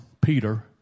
Peter